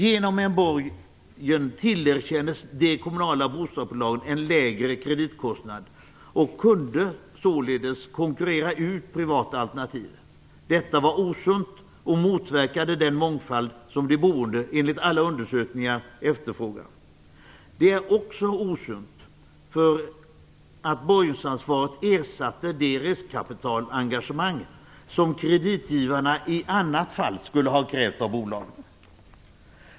Genom en borgen tillerkändes de kommunala bostadsbolagen en lägre kreditkostnad och kunde således konkurrera ut privata alternativ. Detta var osunt och motverkade den mångfald som de boende enligt alla undersökningar efterfrågar. Detta var också osunt därför att borgensansvaret ersatte det riskkapitalengagemang som kreditgivarna i annat fall skulle ha krävt av bolagen.